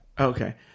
Okay